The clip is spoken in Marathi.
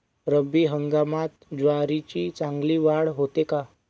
रब्बी हंगामात ज्वारीची चांगली वाढ होते का?